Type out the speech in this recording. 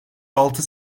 altı